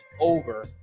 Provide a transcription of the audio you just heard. over